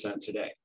today